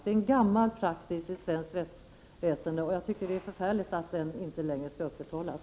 Detta är en gammal praxis i svenskt rättsväsende, och jag tycker att det är förfärligt att den inte längre skall upprätthållas.